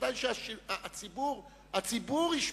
ודאי שהציבור ישפוט.